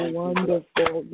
wonderful